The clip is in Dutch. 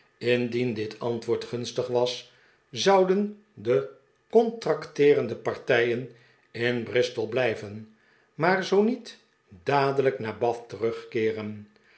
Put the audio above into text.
indien dit antwoord gunstig was zouden de contracteerende partijen in bristol blijven maar zoo niet dadelijk naar bath terugkeeren